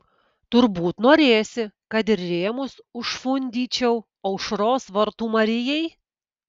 turbūt norėsi kad ir rėmus užfundyčiau aušros vartų marijai